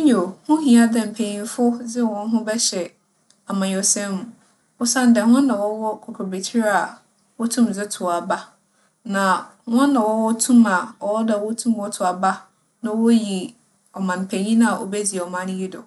Nyew, ho hia dɛ mpanyimfo dze hͻnho bɛhyɛ amanyɛsɛm mu osiandɛ hͻn na wͻwͻ kokrobetsir a wotum dze tow aba. Na hͻn na wͻwͻ tum a ͻwͻ dɛ wotum wͻtow aba na woyi ͻman panyin a obedzi ͻman yi do.